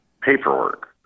paperwork